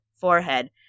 forehead